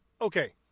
okay